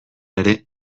ere